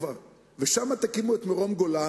ושם תקימו את מרום-גולן,